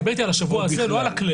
אתה מדבר אתי על השבוע הזה, לא על הכללי.